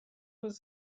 was